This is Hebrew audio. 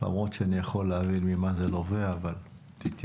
למרות שאני יכול להבין ממה זה נובע אבל תתייחס.